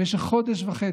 במשך חודש וחצי,